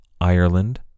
Ireland